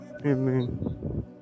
Amen